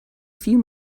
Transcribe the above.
few